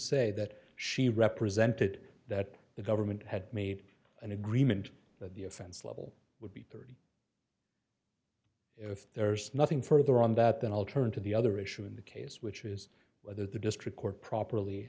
say that she represented that the government had made an agreement that the offense level would if there's nothing further on that then i'll turn to the other issue in the case which is whether the district court properly